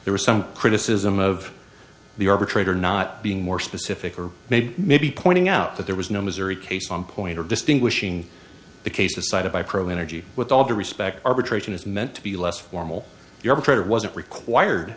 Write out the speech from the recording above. there was some criticism of the arbitrator not being more specific or maybe maybe pointing out that there was no missouri case on point of distinguishing the cases cited by pro energy with all due respect arbitration is meant to be less formal you're proud of wasn't required